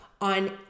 on